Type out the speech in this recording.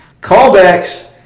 Callbacks